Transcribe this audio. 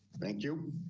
thank you.